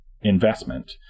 investment